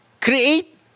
create